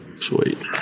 sweet